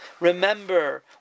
Remember